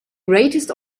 greatest